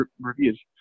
reviews